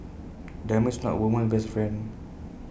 A diamond is not A woman's best friend